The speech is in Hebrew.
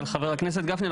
אבל חבר הכנסת גפני,